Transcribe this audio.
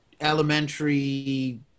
elementary